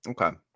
Okay